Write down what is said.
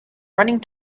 running